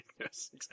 Yes